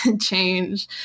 change